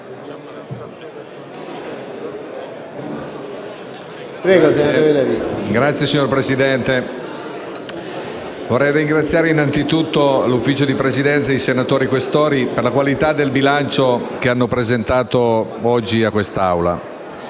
PLI))*. Signor Presidente, vorrei ringraziare innanzitutto il Consiglio di Presidenza e i senatori Questori per la qualità del bilancio che hanno presentato oggi a quest'Assemblea: